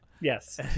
Yes